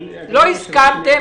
לא הסכמתם.